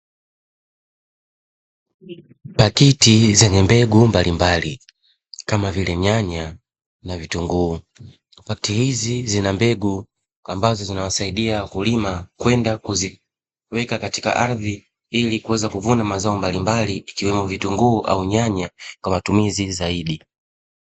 Pakiti zenye mbegu mbalimbali kama vile; nyanya na vitunguu, pakiti hizi zina mbegu ambazo zinawasaidia wakulima, kwenda kuziweka katika ardhi, ili kuweza kuvuna mazao mbalimbali ikiwemo vitunguu au nyanya kwa matumizi zaidi.